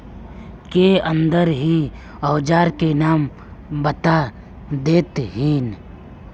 के अंदर ही औजार के नाम बता देतहिन?